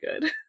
good